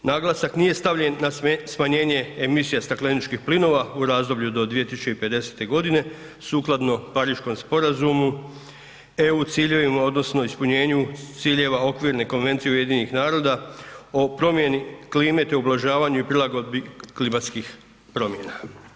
Naglasak nije stavljen na smanjenje emisija stakleničkih plinova u razdoblju do 2050. godine sukladno Pariškom sporazumu, eu ciljevima odnosno ispunjenju ciljeva okvirne Konvencije UN-a o promjeni klime te ublažavanju i prilagodbi klimatskih promjena.